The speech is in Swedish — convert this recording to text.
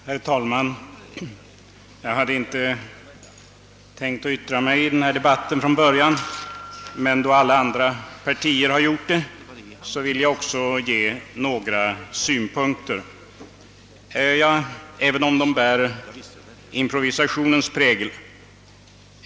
Herr talman! Jag hade inte från början tänkt yttra mig i denna debatt, men då företrädare för alla andra partier gjort det, vill jag också bidra med några synpunkter, även om de bär improvisationens prägel.